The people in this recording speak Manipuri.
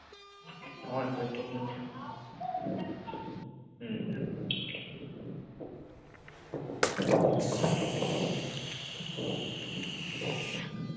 ꯍꯣꯏ ꯕ꯭ꯂꯦꯛ ꯇꯣꯞꯄꯤꯡꯅꯦ ꯎꯝ